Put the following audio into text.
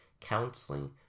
counseling